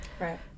Right